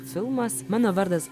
filmas mano vardas